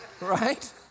Right